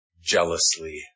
jealously